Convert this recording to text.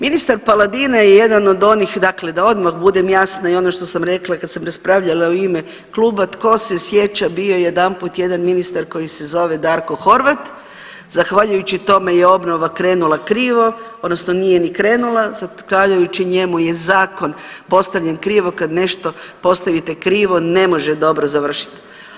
Ministar Paladina je jedan od onih dakle da odmah budem jasna i ono što sam rekla i kad sam raspravljala u ime kluba, tko se sjeća bio je jedanput jedan ministar koji se zove Darko Horvat, zahvaljujući tome je obnova krenula krivo odnosno nije ni krenula, zahvaljujući njemu je zakon postavljen krivo, kad nešto postavite krivo ne može dobro završit.